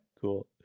cool